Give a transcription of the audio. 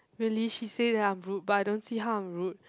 really she say that I'm rude but I don't see how I'm rude